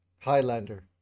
Highlander